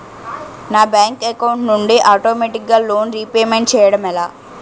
నా bank account నుండి ఆటోమేటిగ్గా లోన్ రీపేమెంట్ చేయడం ఎలా?